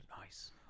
Nice